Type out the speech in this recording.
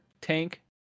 tank